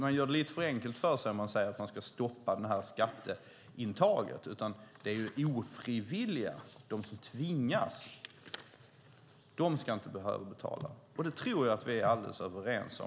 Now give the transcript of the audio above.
Man gör det lite för enkelt för sig om man säger att man ska stoppa detta skatteuttag. Det handlar om att de som tvingas till detta inte ska behöva betala. Det tror jag att vi är helt överens om.